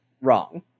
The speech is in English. wrong